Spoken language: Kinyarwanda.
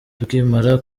tukimara